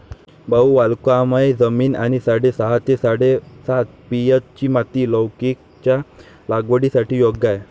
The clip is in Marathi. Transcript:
भाऊ वालुकामय जमीन आणि साडेसहा ते साडेसात पी.एच.ची माती लौकीच्या लागवडीसाठी योग्य आहे